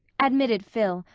admitted phil,